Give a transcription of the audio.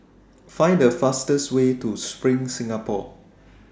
Find The fastest Way to SPRING Singapore